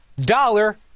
dollar